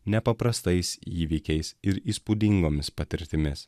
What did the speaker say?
nepaprastais įvykiais ir įspūdingomis patirtimis